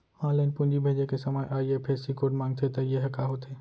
Online पूंजी भेजे के समय आई.एफ.एस.सी कोड माँगथे त ये ह का होथे?